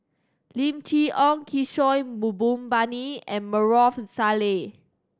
Lim Chee Onn Kishore Mahbubani and Maarof Salleh